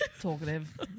talkative